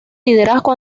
liderazgo